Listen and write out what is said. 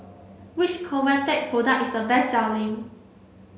which Convatec product is a best selling